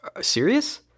serious